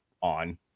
on